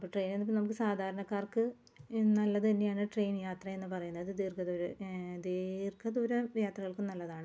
അപ്പോൾ ട്രെയ്നാണെങ്കിൽ നമുക്ക് സാധാരണക്കാര്ക്ക് നല്ലതു തന്നെയാണ് ട്രെയ്ന് യാത്ര എന്ന് പറയുന്നത് ദീര്ഘ ദൂര ദീര്ഘദൂര യാത്രകള്ക്കും നല്ലതാണ്